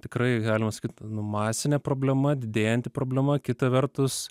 tikrai galima sakyt nu masinė problema didėjanti problema kita vertus